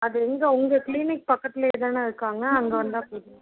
அது எங்கே உங்கள் க்ளினிக் பக்கத்திலயே தானே இருக்காங்க அங்கே வந்தால் போதுமா